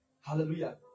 Hallelujah